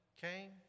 came